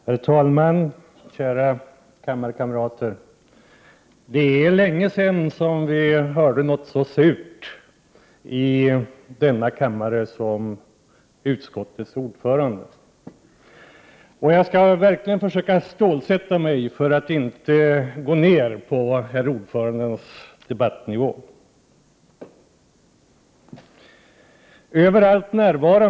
Herr talman, kära kammarledamöter! Det är länge sedan vi hörde någonting så surt i denna kammare som arbetsmarknadsutskottets ordförande i dag. Jag skall verkligen försöka stålsätta mig för att inte sjunka till herr ordförandens debattnivå.